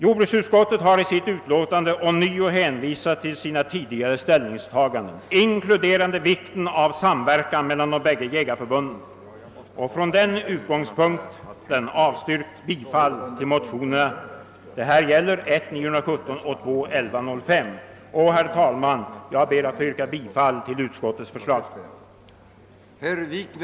Jordbruksutskottet har i sitt utlåtande ånyo hänvisat till sina tidigare ställningstaganden inkluderande vikten av samverkan mellan de bägge jägarför Herr talman! Jag yrkar bifall till utskottets hemställan.